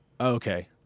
okay